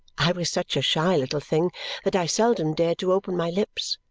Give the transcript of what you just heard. i was such a shy little thing that i seldom dared to open my lips,